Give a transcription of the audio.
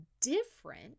different